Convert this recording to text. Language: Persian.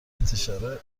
انتشار